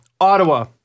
Ottawa